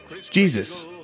Jesus